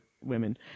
Women